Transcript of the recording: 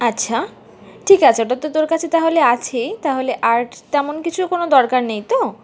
আচ্ছা ঠিক আছে ওটা তো তোর কাছে তাহলে আছেই তাহলে আর তেমন কিছু কোনো দরকার নেই তো